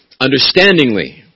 understandingly